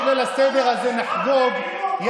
את ליל הסדר הזה נחגוג עם,